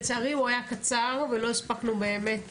לצערי הדיון היה קצר, ולא הספקנו באמת